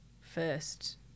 first